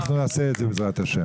אנחנו נעשה את זה בעזרת ה'.